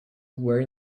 were